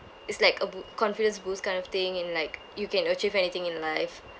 it's like a boo~ confidence boost kind of thing and like you can achieve anything in life